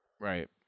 Right